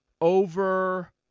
over